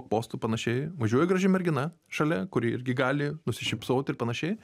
postų panašiai važiuoja graži mergina šalia kuri irgi gali nusišypsot ir panašiai